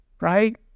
right